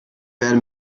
werden